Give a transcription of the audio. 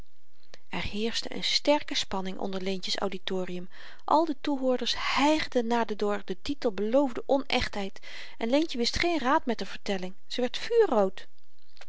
er heerschte n sterke spanning onder leentjes auditorium al de hoorders hygden naar de door den titel beloofde onechtheid en leentje wist geen raad met r vertelling ze werd vuurrood